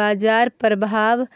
बाजार प्रभाव